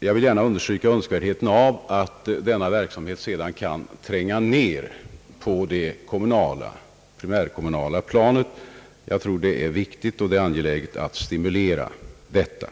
Jag vill gärna understryka önskvärdheten av att den verksamheten sedan kan tränga ner på det primärkommunala planet — jag anser det viktigt att stimulera en sådan utveckling.